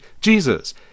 Jesus